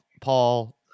Paul